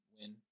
win